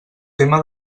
tema